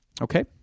Okay